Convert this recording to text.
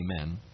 amen